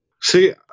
See